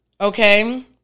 okay